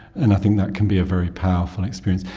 and i think that can be a very powerful experience.